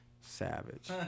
Savage